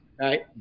Right